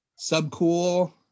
Subcool